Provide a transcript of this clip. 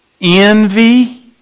envy